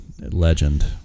legend